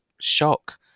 shock